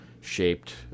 shaped